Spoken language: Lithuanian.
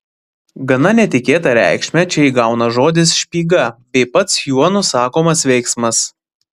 gana netikėtą reikšmę čia įgauna žodis špyga bei pats juo nusakomas veiksmas